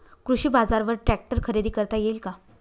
कृषी बाजारवर ट्रॅक्टर खरेदी करता येईल का?